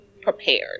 prepared